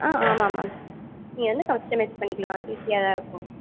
ஆ ஆமாம் மேம் நீங்கள் வந்து கஸ்டமைஸ் பண்ணிக்கலாம் ஈஸியாக தான் இருக்கும்